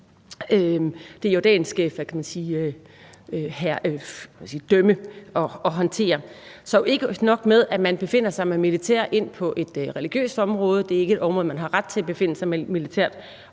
til at dømme og håndtere. Så ikke nok med, at man befinder sig med militær inde på et religiøst område, det er også et område, hvor man ikke har ret til at befinde sig militært.